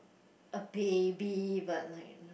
a baby but like